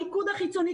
המיקוד החיצוני,